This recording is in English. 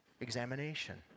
examination